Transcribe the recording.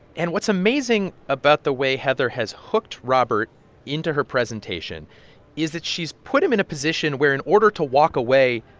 and what's amazing about the way heather has hooked robert into her presentation is that she's put him in a position where in order to walk away,